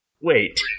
Wait